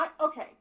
okay